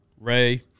Ray